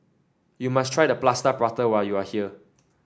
you must try Plaster Prata when you are here